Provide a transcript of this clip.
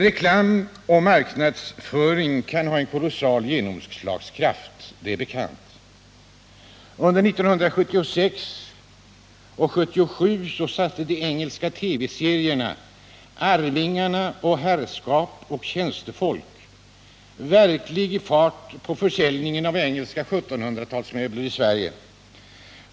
Reklam och marknadsföring kan ha en kolossal genomslagskraft — det är bekant. Under 1976 och 1977 satte de engelska TV-serierna Arvingarna och Herrskap och tjänstefolk verkligen fart på försäljningen av engelska 1700 talsmöbler i Sverige.